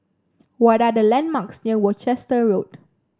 what are the landmarks near Worcester Road